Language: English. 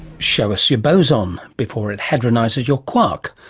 show us your boson um before it hadronises your quark,